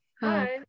Hi